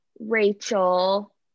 Rachel